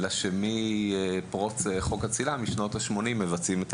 כאשר מפרוץ חוק הצלילה בשנות ה-80 מבצעים את